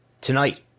Tonight